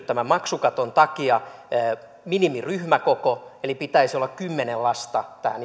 tämän maksukaton takia on syntynyt minimiryhmäkoko eli pitäisi olla kymmenen lasta tähän